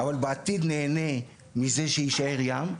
אבל בעתיד נהנה מזה שיישאר ים,